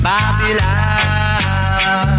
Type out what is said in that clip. Babylon